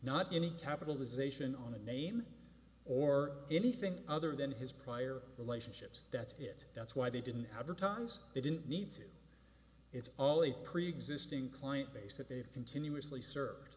not any capitalization on a name or anything other than his prior relationships that's it that's why they didn't advertise they didn't need to it's all a preexisting client base that they've continuously served